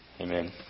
Amen